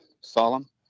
solemn